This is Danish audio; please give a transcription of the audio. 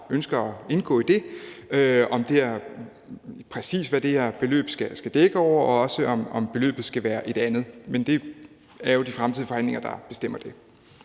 der ønsker at indgå i den, præcis hvad det her beløb skal dække over, og også, om beløbet skal være et andet, men det er jo de fremtidige forhandlinger, der bestemmer det.